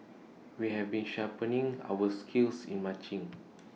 we've been sharpening our skills in marching